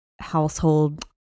household